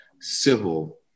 civil